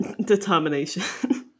Determination